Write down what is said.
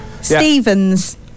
Stevens